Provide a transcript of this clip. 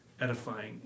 edifying